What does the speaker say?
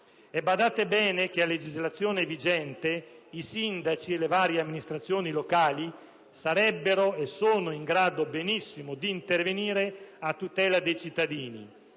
badate bene che a legislazione vigente i sindaci e le varie amministrazioni locali sarebbero e sono benissimo in grado di intervenire a tutela dei cittadini: